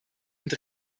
und